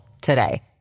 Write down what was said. today